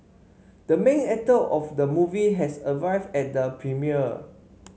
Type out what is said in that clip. the main actor of the movie has arrived at the premiere